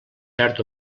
perd